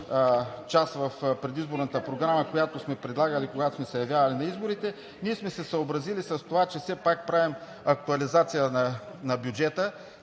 част в предизборната програма, която сме предлагали, когато сме се явявали на изборите, сме се съобразили с това, че все пак правим актуализация на бюджета,